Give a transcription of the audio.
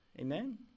Amen